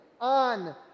on